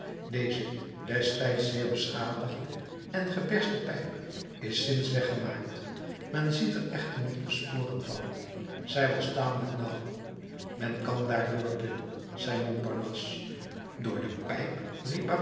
deze destijds zeer beschadigde en gebersten pijp is sinds weggemaakt men ziet er echter nog de sporen van zij was tamelijk nauw men kan daar doorklimmen zei montparnasse door die pijp